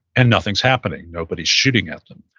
and nothing's happening. nobody's shooting at them.